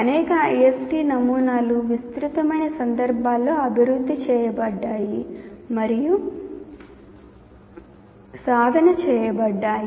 అనేక ISD నమూనాలు విస్తృతమైన సందర్భాలలో అభివృద్ధి చేయబడ్డాయి మరియు సాధన చేయబడ్డాయి